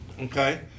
Okay